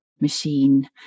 machine